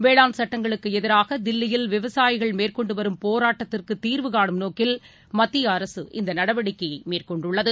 வேளாண் சட்டங்களுக்குஎதிராகதில்லியில் விவசாயிகள் மேறகொண்டுவரும் போராட்டத்திற்குதீர்வு கானும் நோக்கில் மத்தியஅரசு இந்தநடவடிக்கையைமேற்கொண்டுள்ளது